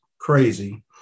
crazy